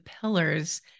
pillars